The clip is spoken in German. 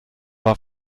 war